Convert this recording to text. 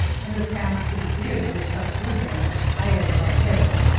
and the path to the theater was cut through banks higher than our heads.